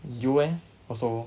you eh also